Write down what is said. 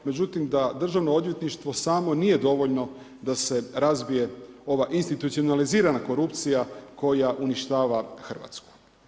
Međutim da državno odvjetništvo samo nije dovoljno da se razbije ova institucionalizirana korupcija koja uništava Hrvatsku.